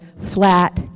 flat